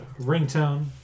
ringtone